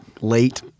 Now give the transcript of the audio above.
late